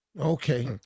Okay